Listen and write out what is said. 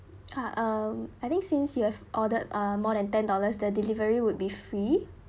ya um I think since you have ordered uh more than ten dollars the delivery would be free